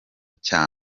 cya